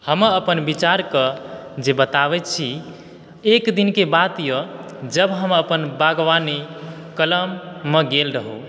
हमर अपन विचारकऽ जे बताबै छी एक दिनके बात य जब हम अपन बागवानी कलममऽ गेल रहौं